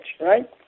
right